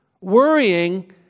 Worrying